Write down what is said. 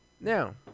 Now